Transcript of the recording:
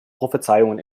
prophezeiungen